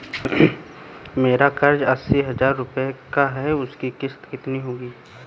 मेरा कर्ज अस्सी हज़ार रुपये का है उसकी किश्त कितनी होगी?